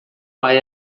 pai